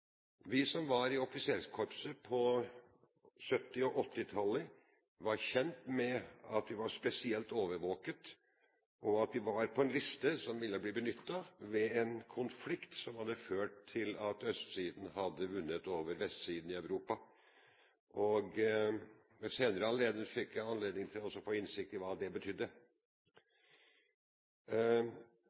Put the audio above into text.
Vi som var i offiserskorpset på 1970- og 1980-tallet, var kjent med at vi var spesielt overvåket, og at vi var på en liste som ville blitt benyttet ved en konflikt som hadde ført til at østsiden hadde vunnet over vestsiden i Europa. Ved en senere anledning fikk jeg mulighet til å få innsikt i hva det betydde.